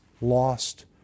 lost